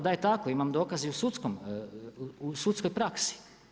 Da je tako, imam dokaz i u sudskoj praksi.